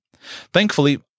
Thankfully